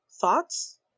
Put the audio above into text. thoughts